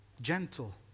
gentle